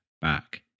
back